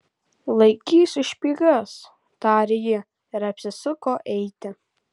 laikysiu špygas tarė ji ir apsisuko eiti